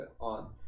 on